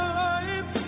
life